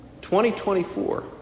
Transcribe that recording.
2024